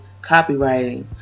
copywriting